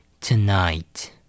Tonight